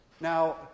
Now